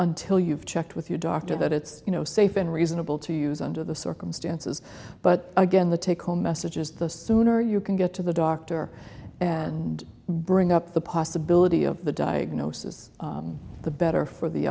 until you've checked with your doctor that it's you know safe reason and nable to use under the circumstances but again the take home message is the sooner you can get to the doctor and bring up the possibility of the diagnosis the better for the